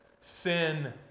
sin